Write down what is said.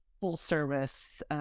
full-service